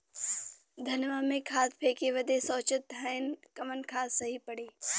धनवा में खाद फेंके बदे सोचत हैन कवन खाद सही पड़े?